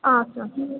ಹಾಂ ಸರ್